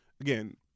again